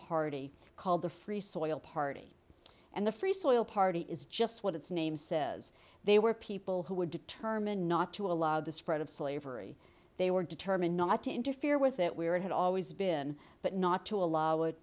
party called the free soil party and the free soil party is just what its name says they were people who were determined not to allow the spread of slavery they were determined not to interfere with it we were it had always been but not to allow it